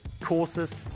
courses